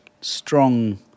strong